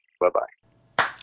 Bye-bye